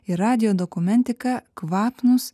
ir radijo dokumentika kvapnūs